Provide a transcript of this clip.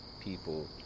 people